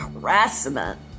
harassment